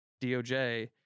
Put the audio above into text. DOJ